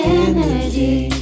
energy